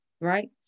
right